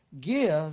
Give